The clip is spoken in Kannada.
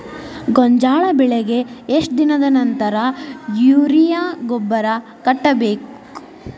ಗೋಂಜಾಳ ಬೆಳೆಗೆ ಎಷ್ಟ್ ದಿನದ ನಂತರ ಯೂರಿಯಾ ಗೊಬ್ಬರ ಕಟ್ಟಬೇಕ?